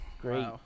Great